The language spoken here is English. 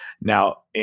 Now